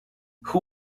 who